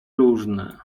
różne